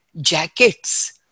jackets